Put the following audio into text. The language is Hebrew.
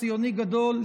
כציוני גדול,